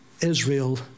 Israel